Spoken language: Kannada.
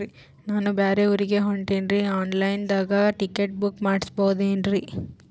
ನಾ ಬ್ಯಾರೆ ಊರಿಗೆ ಹೊಂಟಿನ್ರಿ ಆನ್ ಲೈನ್ ದಾಗ ಟಿಕೆಟ ಬುಕ್ಕ ಮಾಡಸ್ಬೋದೇನ್ರಿ?